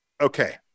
okay